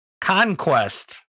conquest